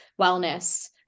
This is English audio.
wellness